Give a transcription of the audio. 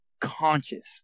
conscious